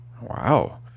wow